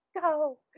go